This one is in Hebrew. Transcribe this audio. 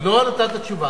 לא נתת תשובה.